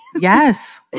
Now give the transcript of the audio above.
Yes